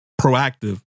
proactive